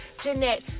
jeanette